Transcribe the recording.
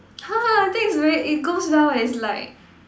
!huh! I think it's very it goes well it's like